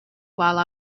while